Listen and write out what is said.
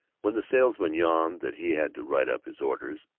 when the salesman yawned that he had to write up his orders,